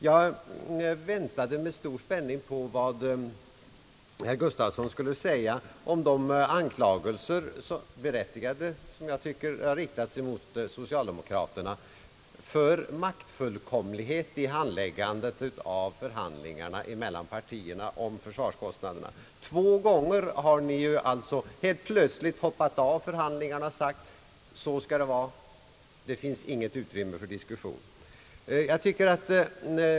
Jag väntade med stor spänning på vad herr Gustavsson skulle säga om de anklagelser, berättigade tycker jag, som har riktats mot socialdemokraterna för maktfullkomlighet i handläggandet av förhandlingarna mellan partierna om försvarskostnaderna. Två gånger har ni alltså helt plötsligt hoppat av förhandlingarna och sagt: Så skall det vara, det finns inget utrymme för diskussion.